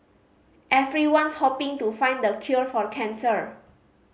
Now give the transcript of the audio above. everyone's hoping to find the cure for cancer